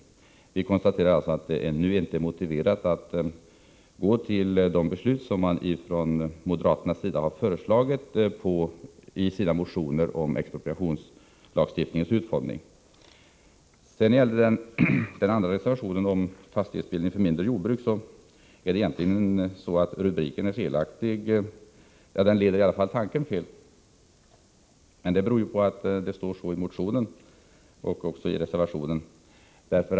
Vi konstaterar alltså att det nu inte är motiverat att fatta de beslut som man från moderaternas sida har föreslagit i motioner om expropriationslagstiftningens utformning. Den andra reservationen gäller fastighetsbildning för mindre jordbruk. Rubriken är egentligen felaktig — i varje fall leder den tanken fel. Men rubriken beror på formuleringarna i motionen och också i reservationen.